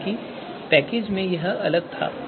हालांकि पिछले पैकेज में यह अलग था